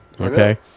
Okay